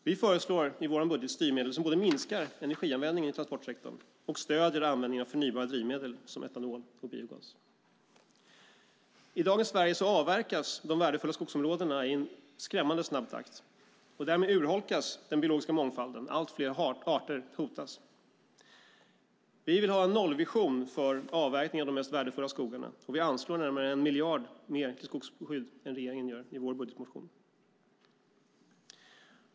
Vi föreslår i vår budget styrmedel som både minskar energianvändningen i transportsektorn och stöder användningen av förnybara drivmedel som etanol och biogas. I dagens Sverige avverkas de värdefulla skogsområdena i en skrämmande snabb takt. Därmed urholkas den biologiska mångfalden, och allt fler arter hotas. Vi vill ha en nollvision för avverkning av de mest värdefulla skogarna, och vi anslår närmare 1 miljard mer till skogsskydd i vår budgetmotion än vad regeringen gör.